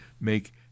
make